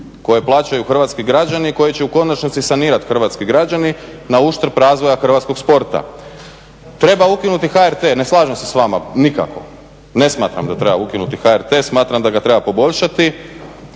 koje plaćaju hrvatski građani i koju će u konačnici sanirati hrvatski građani na uštrb razvoja hrvatskog sporta. Treba ukinuti HRT. Ne slažem se sa vama nikako, ne smatram da treba ukinuti HRT, smatram da ga treba poboljšati.